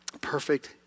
Perfect